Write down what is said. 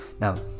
Now